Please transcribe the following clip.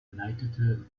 leitete